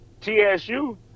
TSU